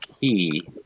key